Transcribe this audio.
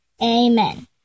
Amen